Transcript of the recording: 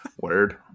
word